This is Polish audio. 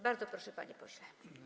Bardzo proszę, panie pośle.